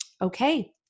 Okay